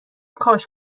کاشف